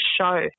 show